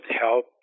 help